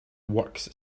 works